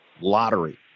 lottery